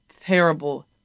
terrible